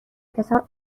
پسر